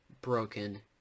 broken